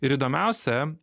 ir įdomiausia